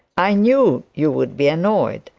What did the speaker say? i knew you would be annoyed.